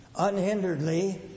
unhinderedly